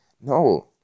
no